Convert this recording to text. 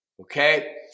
okay